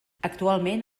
actualment